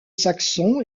saxon